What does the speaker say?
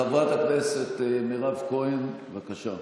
זה אורך רוח, חברת הכנסת מירב כהן, בבקשה.